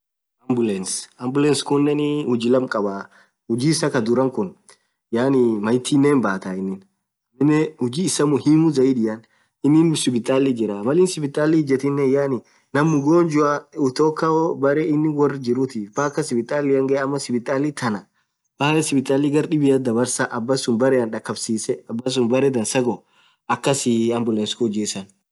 Ambulance ambulance khunen huji lamma khabaa huji isaan ghuduran khun yaani maithinen hinbathaa inin dhubinen huji isaa thaa muhimu zaidiia inin sipitali jira Mal inn sipitali ijethininen yaani ñaam mgonjwa khutoka inni beree inn worr jiruthi paka sipitali ghee ama sipitali thana paka sipitali gar dhibia dhabarsa abasun berren dhakab sisse abasun berre dhansaa ghoo akas ambulance huji issa